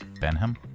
Benham